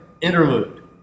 Interlude